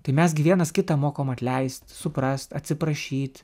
tai mes gi vienas kitą mokom atleist suprast atsiprašyt